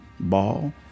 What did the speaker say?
ball